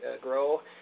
grow